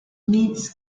needs